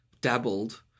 dabbled